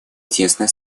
тесное